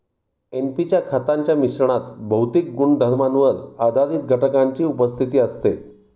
NP च्या खतांच्या मिश्रणात भौतिक गुणधर्मांवर आधारित घटकांची उपस्थिती असते